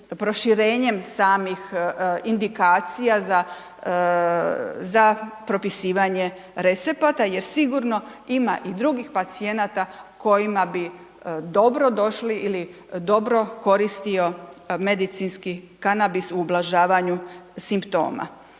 proširenjem samih indikacija za propisivanje recepata jer sigurno ima i drugih pacijenata kojima bi dobro došli ili dobro koristio medicinski kanabis u ublažavanju simptoma.